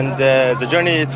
the the journey to